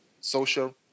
social